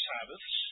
Sabbaths